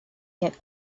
get